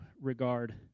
regard